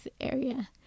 area